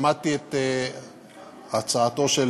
שמעתי את הצעתו של